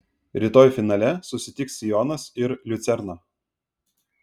rytoj finale susitiks sionas ir liucerna